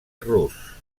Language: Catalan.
rus